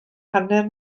hanner